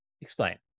Explain